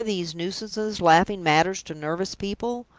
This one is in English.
are these nuisances laughing matters to nervous people?